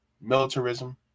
militarism